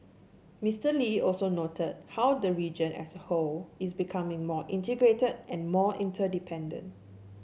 Mister Lee also noted how the region as a whole is becoming more integrated and more interdependent